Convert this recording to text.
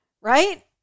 right